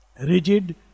Rigid